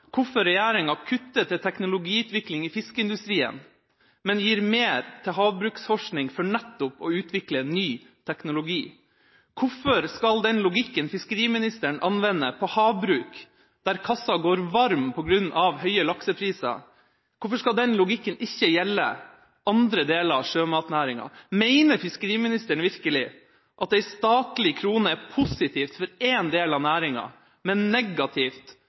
hvorfor regjeringa kutter til teknologiutvikling i fiskeindustrien, men gir mer til havbruksforskning for nettopp å utvikle ny teknologi. Hvorfor skal den logikken fiskeriministeren anvender på havbruk, der kassa går varm på grunn av høye laksepriser, ikke gjelde andre deler av sjømatnæringa? Mener fiskeriministeren virkelig at en statlig krone er positivt for én del av næringa, men negativt